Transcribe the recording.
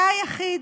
אתה היחיד.